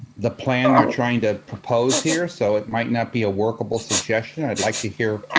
the plan, they're trying to propose here, so it might not be a workable suggestion. i'd like to here.